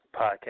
podcast